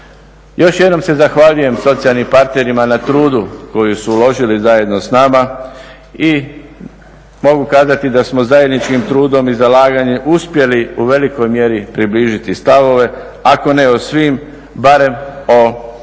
Još jednom se zahvaljujem socijalnim partnerima na trudu koji su uložili zajedno sa nama i mogu kazati da smo zajedničkim trudom i zalaganjem uspjeli u velikoj mjeri približiti stavove, ako ne o svim barem o većini